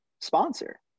sponsor